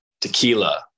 Tequila